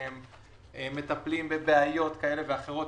שהם מטפלים בבעיות כאלה ואחרות.